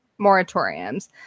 moratoriums